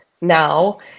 now